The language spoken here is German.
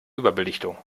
überbelichtung